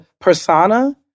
persona